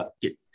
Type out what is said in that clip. get